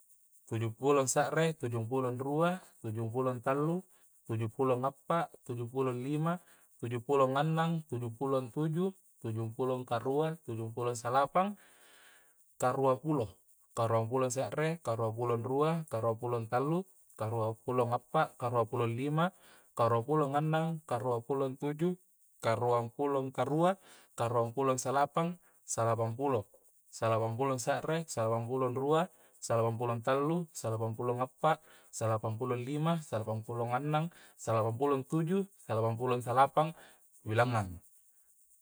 Tujung pulo se're tujung pulo ruang tujung pulo tallu tujung pulo ngappa tujung pulo lima, tujung pulo ngannang, tujung pulo angtuju, tujung pulo tujung tujung pulo karua, tujung pulo salapang, karuang pulo. karuang pulo se're, karuang pulo ruang karuang pulo tallu karuang pulo ngappa karuang pulo lima karuang pulo ngannang karuang pulo ntuju karuang pulo karua, karuang pulo salapang, salapang pulo. salapang pulo se're salapang pulo ruang salapang pulo tallu salapang pulo ngappa salapang pulo lima salapang pulo ngannang salapang pulo ntuju salapang pulo salapang sambilangang